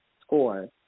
score